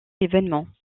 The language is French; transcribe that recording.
événements